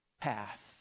path